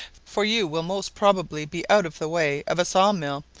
for you will most probably be out of the way of a saw mill,